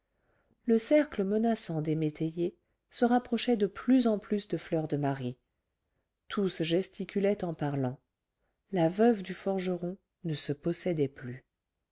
le cercle menaçant des métayers se rapprochait de plus en plus de fleur de marie tous gesticulaient en parlant la veuve du forgeron ne se possédait plus